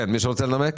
מישהו רוצה לנמק?